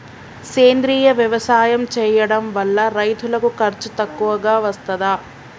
సేంద్రీయ వ్యవసాయం చేయడం వల్ల రైతులకు ఖర్చు తక్కువగా వస్తదా?